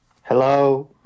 Hello